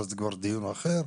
אבל זה כבר דיון אחר.